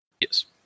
Yes